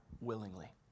willingly